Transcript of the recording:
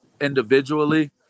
individually